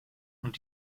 und